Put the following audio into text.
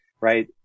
right